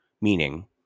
Meaning